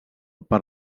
per